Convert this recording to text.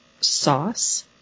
sauce